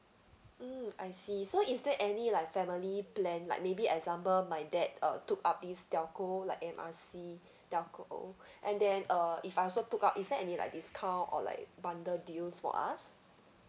mm I see so is there any like family plan like maybe example my dad uh took up this telco like M R C telco and then uh if I also took up is there any like discount or like bundle deals for us